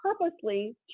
purposely